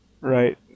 Right